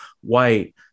white